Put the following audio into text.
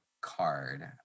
card